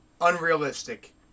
unrealistic